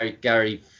Gary